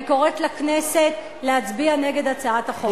אני קוראת לכנסת להצביע נגד הצעת החוק.